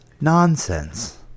nonsense